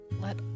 let